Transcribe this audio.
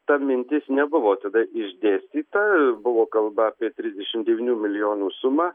ta mintis nebuvo tada išdėstyta buvo kalba apie trisdešim devynių milijonų sumą